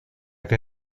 que